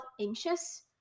anxious